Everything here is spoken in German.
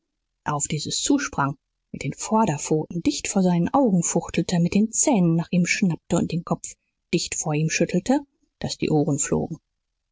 auf dieses zusprang mit den vorderpfoten dicht vor seinen augen fuchtelte mit den zähnen nach ihm schnappte und den kopf dicht vor ihm schüttelte daß die ohren flogen